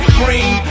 green